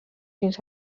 fins